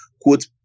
quote